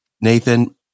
Nathan